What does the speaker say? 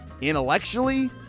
intellectually